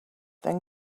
then